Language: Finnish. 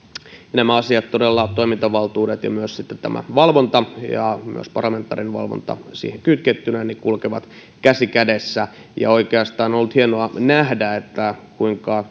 nämä asiat toimintavaltuudet ja valvonta ja myös parlamentaarinen valvonta siihen kytkettynä todella kulkevat käsi kädessä on oikeastaan ollut hienoa nähdä kuinka